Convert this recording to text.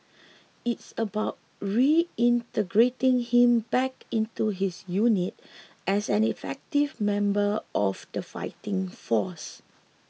it's about reintegrating him back into his unit as an effective member of the fighting force